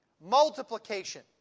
multiplication